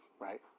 right